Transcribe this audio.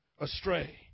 astray